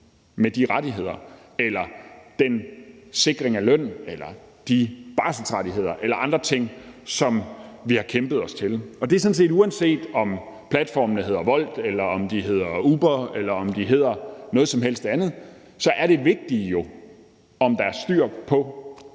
med de rettigheder, den sikring af lønnen, de barselsrettigheder eller andre ting, som vi har kæmpet os til. Uanset om platformene hedder Wolt, om de hedder Uber, eller om de hedder noget som helst andet, er det vigtige jo sådan set, om der er styr på